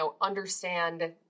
understand